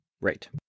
Right